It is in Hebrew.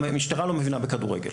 המשטרה לא מבינה בכדורגל.